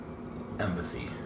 empathy